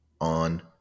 on